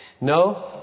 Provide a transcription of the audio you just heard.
No